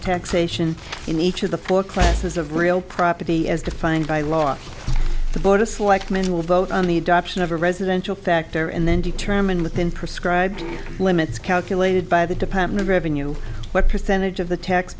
taxation in each of the four classes of real property as defined by law the board of selectmen will vote on the adoption of a residential factor and then determine within prescribed limits calculated by the department revenue what percentage of the tax